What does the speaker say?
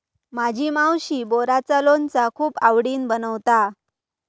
माझी मावशी बोराचा लोणचा खूप आवडीन बनवता